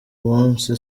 munsi